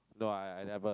no I never